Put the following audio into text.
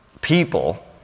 people